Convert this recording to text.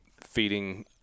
feeding